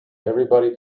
everyone